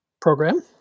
program